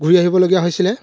ঘূৰি আহিবলগীয়া হৈছিলে